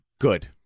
Good